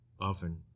often